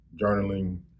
journaling